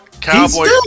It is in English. Cowboy